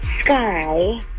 sky